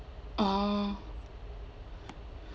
oh